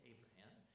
Abraham